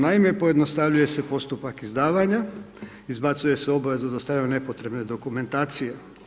Naime, pojednostavljuje se postupak izdavanja, izbacuje se obveza za dostavljanje nepotrebne dokumentacije.